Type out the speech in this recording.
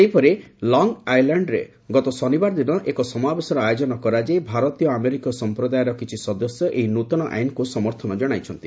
ସେହିପରି ଲଙ୍ଗ୍ ଆଇଲ୍ୟାଣ୍ଡରେ ଗତ ଶନିବାର ଦିନ ଏକ ସମାବେଶର ଆୟୋଜନ କରାଯାଇ ଭାରତୀୟ ଆମେରିକୀୟ ସମ୍ପ୍ରଦାୟର କିଛି ସଦସ୍ୟ ଏହି ନୂଆ ଆଇନ୍କୁ ସମର୍ଥନ କଣାଇଛନ୍ତି